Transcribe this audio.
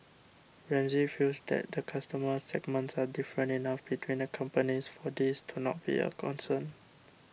Ramsay feels that customer segments are different enough between the companies for this to not be a concern